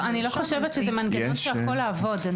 או לפי --- אני לא חושבת שזה מנגנון שיכול לעבוד.